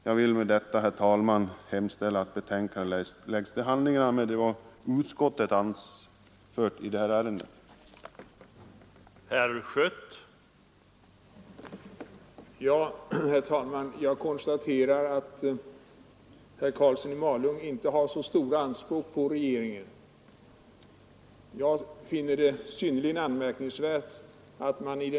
Jag hemställer att riksdagen vad beträffar denna del av 26 april 1973 betänkandet lägger utskottets anmälan till handlingarna med vad utskot